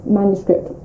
manuscript